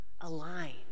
align